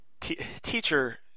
teacher